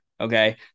Okay